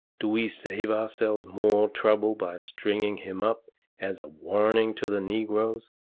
do we save ourselves more trouble by stringing him up as a warning to the negroes?